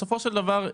בסופו של דבר,